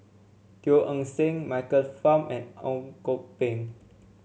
Teo Eng Seng Michael Fam and Ang Kok Peng